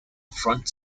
front